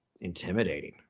intimidating